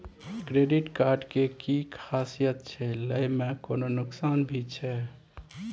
Credit card के कि खासियत छै, लय में कोनो नुकसान भी छै?